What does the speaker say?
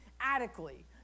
adequately